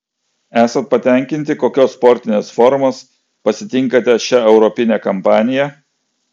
esat patenkinti kokios sportinės formos pasitinkate šią europinę kampaniją